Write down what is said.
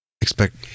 Expect